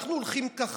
אנחנו הולכים ככה,